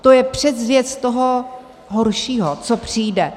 To je předzvěst toho horšího, co přijde.